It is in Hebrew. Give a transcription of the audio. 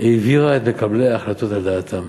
העבירו את מקבלי ההחלטות על דעתם.